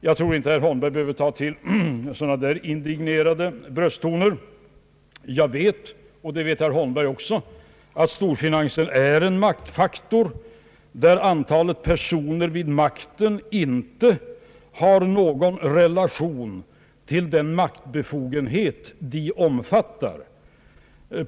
Jag tror inte att herr Holmberg behöver ta till sådana där indignerade brösttoner. Jag vet — och det vet herr Holmberg också — att storfinansen är en maktfaktor, där antalet personer vid makten inte står i någon relation till den maktbefogenhet de har.